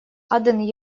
аден